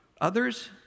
others